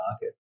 market